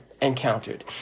encountered